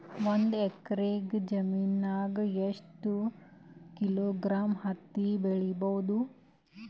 ಒಂದ್ ಎಕ್ಕರ ಜಮೀನಗ ಎಷ್ಟು ಕಿಲೋಗ್ರಾಂ ಹತ್ತಿ ಬೆಳಿ ಬಹುದು?